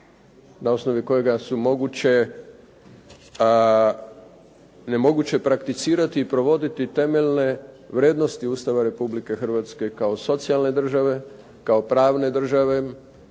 na osnovi kojega je moguće prakticirati i provoditi temeljne vrijednosti Ustava Republike Hrvatske kao socijalne države, kao pravne države,